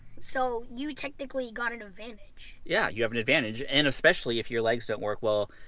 so you technically got an advantage. yeah, you have an advantage. and especially if your legs don't work well,